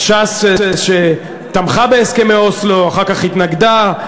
ש"ס שתמכה בהסכמי אוסלו, אחר כך התנגדה.